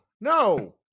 no